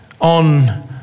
on